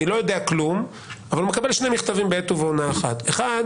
אני לא יודע כלום אבל מקבל שני מכתבים בעת ובעונה אחת כאשר באחד